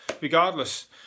regardless